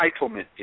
entitlement